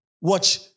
Watch